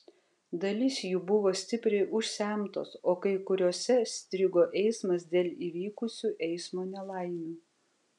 dalis jų buvo stipriai užsemtos o kai kuriose strigo eismas dėl įvykusių eismo nelaimių